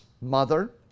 mother